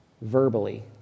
verbally